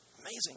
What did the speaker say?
Amazing